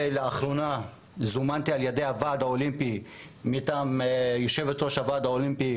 לאחרונה זומנתי על ידי הוועד האולימפי מטעם יושבת ראש הוועד האולימפי,